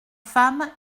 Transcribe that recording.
femme